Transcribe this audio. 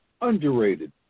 underrated